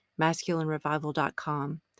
MasculineRevival.com